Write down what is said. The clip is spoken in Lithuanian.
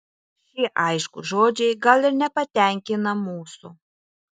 šie aiškūs žodžiai gal ir nepatenkina mūsų